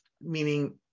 meaning